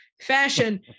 fashion